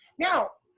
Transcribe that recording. now,